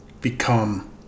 become